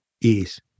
Yes